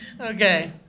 Okay